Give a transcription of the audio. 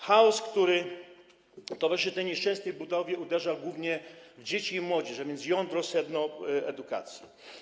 Chaos, który towarzyszy tej nieszczęsnej budowie, uderza głównie w dzieci i młodzież, a więc jądro, sedno edukacji.